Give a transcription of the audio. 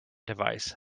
device